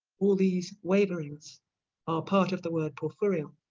all these waverings are part of the word porfurion